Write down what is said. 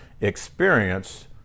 experience